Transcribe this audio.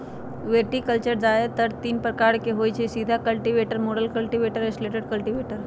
cultivator जादेतर तीने प्रकार के होई छई, सीधा कल्टिवेटर, मुरल कल्टिवेटर, स्लैटेड कल्टिवेटर